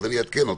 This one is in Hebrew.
אני אעדכן אותך,